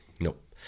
Nope